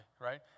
right